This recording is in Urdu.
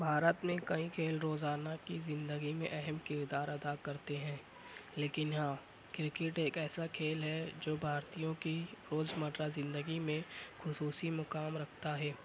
بھارت میں کئی کھیل روزانہ کی زندگی میں اہم کردار ادا کرتے ہیں لیکن ہاں کرکٹ ایک ایسا کھیل ہے جو بھارتیوں کی روزمرہ زندگی میں خصوصی مقام رکھتا ہے